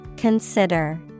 Consider